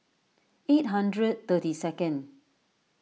eight hundred thirty second